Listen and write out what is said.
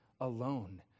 alone